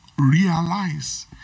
realize